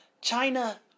China